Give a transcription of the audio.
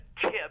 tip